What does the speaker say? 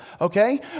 okay